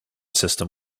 system